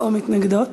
או מתנגדות.